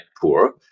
poor